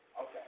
Okay